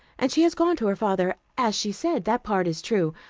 and she has gone to her father, as she said. that part is true.